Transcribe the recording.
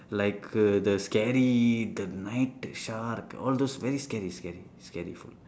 like err the scary the night shark all those very scary scary scary scary photo